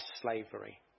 slavery